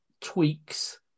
tweaks